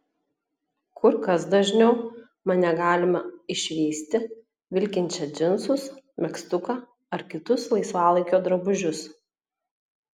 kur kas dažniau mane galima išvysti vilkinčią džinsus megztuką ar kitus laisvalaikio drabužius